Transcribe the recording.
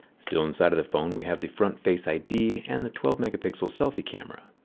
still inside of the phone we have the front face id and the twelve megapixel selfie camera.